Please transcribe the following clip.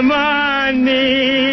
money